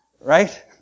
Right